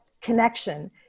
connection